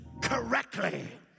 correctly